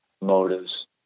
motives